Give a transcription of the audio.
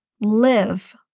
live